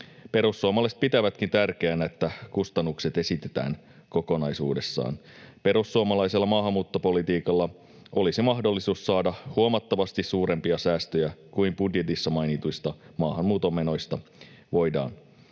Perussuomalaiset pitävätkin tärkeänä, että kustannukset esitetään kokonaisuudessaan. Perussuomalaisella maahanmuuttopolitiikalla olisi mahdollisuus saada huomattavasti suurempia säästöjä kuin budjetissa mainituista maahanmuuton menoista voidaan